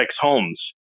Homes